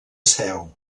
seu